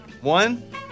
One